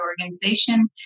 organization